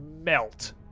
melt